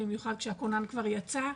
במיוחד שהכונן כבר יצא,